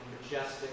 majestic